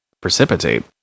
precipitate